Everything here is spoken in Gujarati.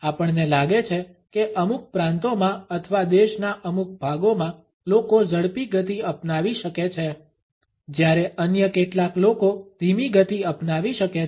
આપણને લાગે છે કે અમુક પ્રાંતોમાં અથવા દેશના અમુક ભાગોમાં લોકો ઝડપી ગતિ અપનાવી શકે છે જ્યારે અન્ય કેટલાક લોકો ધીમી ગતિ અપનાવી શકે છે